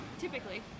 typically